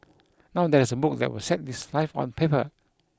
now there is a book that will set his life on paper